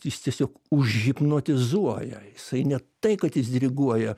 jis tiesiog užhipnotizuoja jisai ne tai kad jis diriguoja